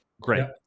Great